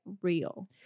real